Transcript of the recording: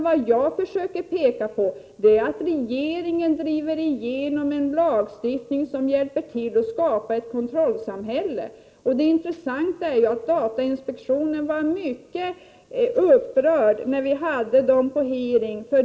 Vad jag försöker peka på är att regeringen driver igenom en lagstiftning som hjälper till att skapa ett kontrollsamhälle, och det intressanta är ju att representanter för datainspektionen var mycket upprörda när vi hade dem på hearing.